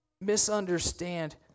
misunderstand